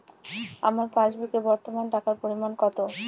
আমার পাসবুকে বর্তমান টাকার পরিমাণ কত?